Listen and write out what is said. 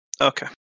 Okay